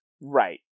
Right